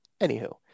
Anywho